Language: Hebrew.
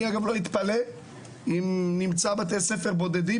אני לא אתפלא אם נמצא בתי ספר בודדים,